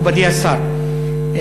מכובדי השר,